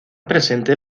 presentes